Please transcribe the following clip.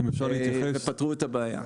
ופתרו את הבעיה.